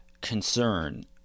concern